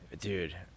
dude